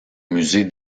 musée